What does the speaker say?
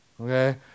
okay